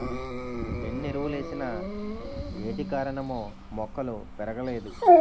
ఎన్నెరువులేసిన ఏటికారణమో మొక్కలు పెరగలేదు